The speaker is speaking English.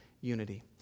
unity